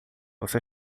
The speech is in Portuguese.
você